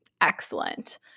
excellent